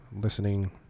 listening